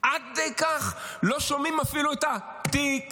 עד כדי כך לא שומעים אפילו את התיק-תק,